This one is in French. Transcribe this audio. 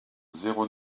zéro